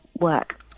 work